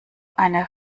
eine